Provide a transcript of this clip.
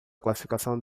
classificação